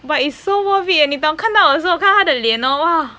but it's so worth it eh 你懂看到的时候看到他的脸 hor !wah!